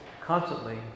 constantly